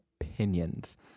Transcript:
opinions